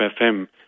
FM